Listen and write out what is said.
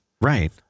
Right